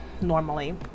normally